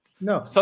No